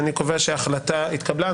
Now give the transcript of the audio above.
אני קובע שההחלטה התקבלה,